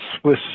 Swiss